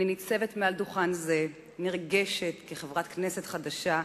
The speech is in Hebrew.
אני ניצבת מעל דוכן זה נרגשת כחברת כנסת חדשה,